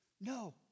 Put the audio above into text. No